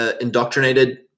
indoctrinated